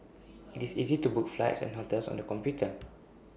IT is easy to book flights and hotels on the computer